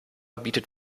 bietet